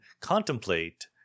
contemplate